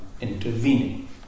intervening